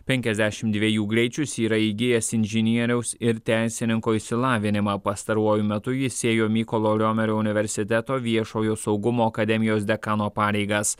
penkiasdešim dviejų greičius yra įgijęs inžinieriaus ir teisininko išsilavinimą pastaruoju metu jis ėjo mykolo romerio universiteto viešojo saugumo akademijos dekano pareigas